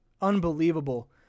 unbelievable